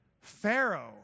Pharaoh